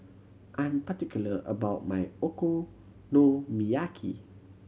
I'm particular about my Okonomiyaki